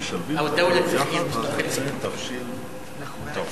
אתה מורשה לעלות.